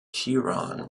huron